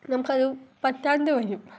നമുക്കത് പറ്റാണ്ട് വരും